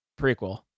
prequel